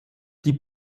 die